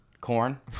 corn